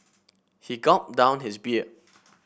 he gulped down his beer